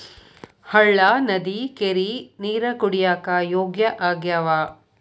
ಹಳ್ಳಾ ನದಿ ಕೆರಿ ನೇರ ಕುಡಿಯಾಕ ಯೋಗ್ಯ ಆಗ್ಯಾವ